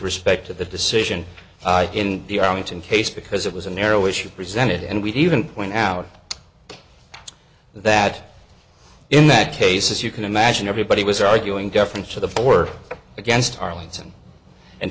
respect to the decision in the arlington case because it was a narrow issue presented and we even point out that in that case as you can imagine everybody was arguing deference to the four work against arlington and